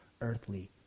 earthly